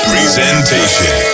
Presentation